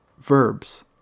verbs